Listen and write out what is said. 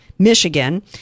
Michigan